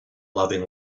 loving